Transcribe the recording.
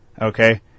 okay